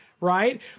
right